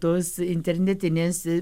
tos internetinės